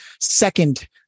second